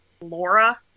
Laura